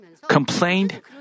complained